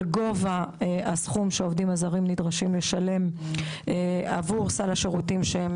גובה הסכום שהעובדים הזרים נדרשים לשלם עבור סל השירותים שהם